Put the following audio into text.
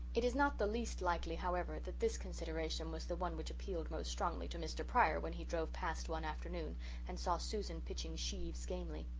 it is not the least likely, however, that this consideration was the one which appealed most strongly to mr. pryor when he drove past one afternoon and saw susan pitching sheaves gamely.